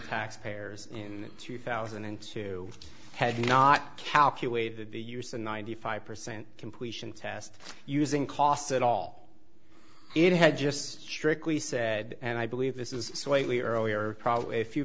tax payers in two thousand and two had you not calculated the use of ninety five percent completion test using costs at all it had just strictly said and i believe this is slightly earlier